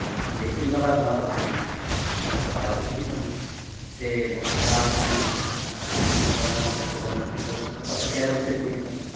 ᱡᱮ ᱤᱧ ᱵᱟᱵᱟᱭ ᱵᱚᱸᱜᱟ ᱛᱟᱞᱟ ᱟᱠᱟᱱᱟ ᱯᱟᱥᱮᱜ ᱵᱟᱵᱟ ᱜᱮ ᱦᱤᱡᱩᱜ ᱠᱟᱱᱟᱭ ᱥᱮ ᱵᱚᱸᱜᱟ ᱛᱟᱞᱟ ᱟᱠᱟᱱ ᱜᱚᱲᱚᱢ ᱦᱟᱲᱟᱢ ᱛᱟᱠᱚ ᱜᱚᱲᱚᱢ ᱵᱩᱲᱦᱤ ᱛᱟᱠᱚ ᱩᱱᱠᱩ ᱜᱮ ᱯᱟᱪᱮᱫ ᱪᱮᱬᱮ ᱨᱩᱯ ᱛᱮᱠᱚ ᱦᱤᱡᱩᱜ ᱠᱟᱱᱟ